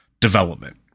development